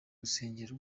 rusengero